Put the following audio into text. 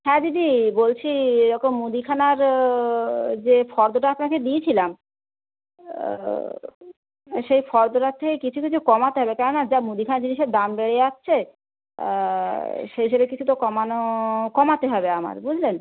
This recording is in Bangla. হ্যাঁ দিদি বলছি এরকম মুদিখানার যে ফর্দটা আপনাকে দিয়েছিলাম সেই ফর্দটার থেকে কিছু কিছু কমাতে হবে কেননা যা মুদিখানার জিনিসের দাম বেড়ে যাচ্ছে সেই হিসেবে কিছু তো কমানো কমাতে হবে আমার বুঝলেন